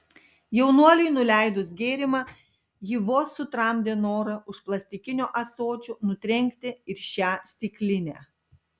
jaunuoliui nuleidus gėrimą ji vos sutramdė norą už plastikinio ąsočio nutrenkti ir šią stiklinę